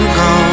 go